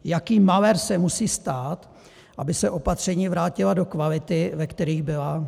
Jaký malér se musí stát, aby se opatření vrátila do kvality, ve které byla?